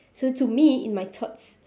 so to me in my thoughts